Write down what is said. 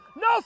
No